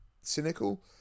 cynical